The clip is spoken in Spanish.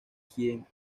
quien